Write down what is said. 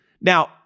Now